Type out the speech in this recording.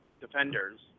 defenders